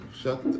shut